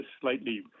slightly